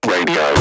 Radio